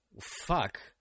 fuck